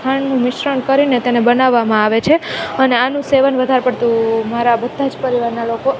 ખાંડ મિશ્રણ કરીને તેને બનાવામાં આવે છે અને આનું સેવન વધારે પડતું મારા બધા જ પરિવારના લોકો